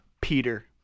Peter